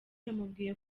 yamubwiye